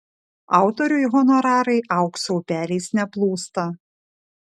autoriui honorarai aukso upeliais neplūsta